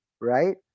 Right